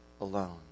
alone